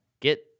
Get